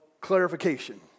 clarification